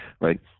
right